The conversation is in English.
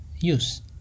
use